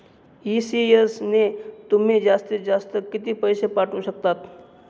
ECS ने तुम्ही जास्तीत जास्त किती पैसे पाठवू शकतात?